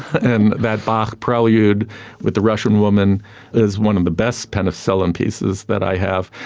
and that bach prelude with the russian woman is one of the best penicillin pieces that i have.